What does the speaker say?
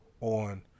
on